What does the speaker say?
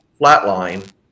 flatline